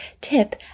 tip